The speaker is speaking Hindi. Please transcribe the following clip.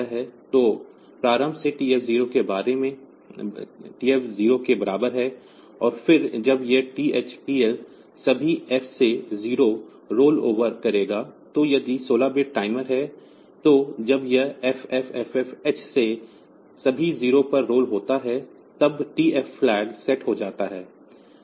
तो प्रारंभ में TF 0 के बराबर है और फिर जब यह TH TL सभी f से 0 रोलओवर करेगा तो यदि 16 बिट टाइमर है तो जब यह FFFFH से सभी 0 पर रोल होता है तब TF फ्लैग सेट हो जाता है